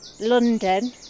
London